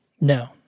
No